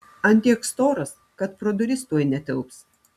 ant tiek storas kad pro duris tuoj netilps